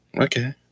Okay